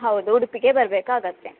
ಹೌದು ಉಡುಪಿಗೆ ಬರ್ಬೇಕಾಗುತ್ತೆ